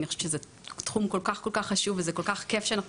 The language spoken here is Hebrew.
אני חושבת שזה תחום שהוא כל כך חשוב וזה כל כך כיף שאנחנו